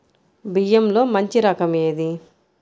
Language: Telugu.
బియ్యంలో మంచి రకం ఏది?